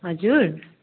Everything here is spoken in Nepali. हजुर